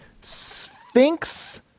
Sphinx